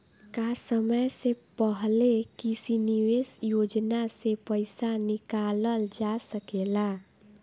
का समय से पहले किसी निवेश योजना से र्पइसा निकालल जा सकेला?